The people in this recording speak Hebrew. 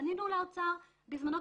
פנינו לאוצר בזמנו,